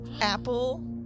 apple